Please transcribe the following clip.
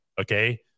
okay